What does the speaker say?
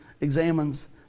examines